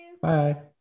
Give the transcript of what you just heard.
Bye